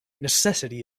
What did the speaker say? necessity